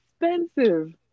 expensive